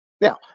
Now